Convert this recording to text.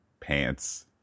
pants